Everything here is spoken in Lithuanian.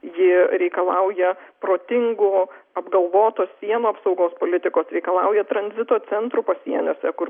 ji reikalauja protingo apgalvotos sienų apsaugos politikos reikalauja tranzito centrų pasieniuose kur